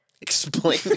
Explain